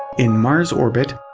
in mars orbit,